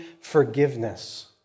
forgiveness